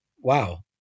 wow